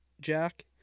Jack